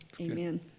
Amen